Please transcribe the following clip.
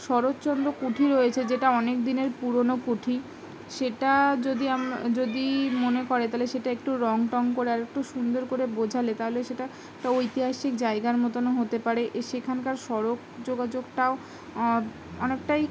শরৎচন্দ্র কুঠি রয়েছে যেটা অনেক দিনের পুরনো কুঠি সেটা যদি আমরা যদি মনে করে তাহলে সেটা একটু রঙ টং করে আর একটু সুন্দর করে বোঝালে তাহলে সেটা ঐতিহাসিক জায়গার মতোনও হতে পারে এ সেখানকার সড়ক যোগাযোগটাও অনেকটাই